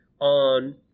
on